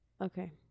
Okay